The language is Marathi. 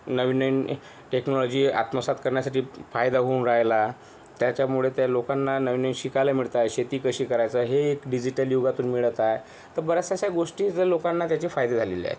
नवीन नवीन टेक्नॉलॉजी आत्मसात करण्यासाठी फायदा होऊन राहिला त्याच्यामुळे त्या लोकांना नवीन नवीन शिकायला मिळतं आहे शेती कशी करायचं हे एक डिजिटल युगातून मिळत आहे तर बऱ्याच अशा गोष्टी ज्या लोकांना त्याचे फायदे झालेले आहेत